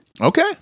Okay